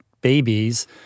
babies